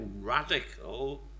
radical